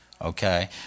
Okay